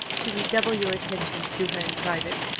to redouble your attentions to her in private,